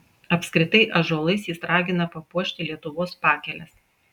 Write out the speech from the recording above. apskritai ąžuolais jis ragina papuošti lietuvos pakeles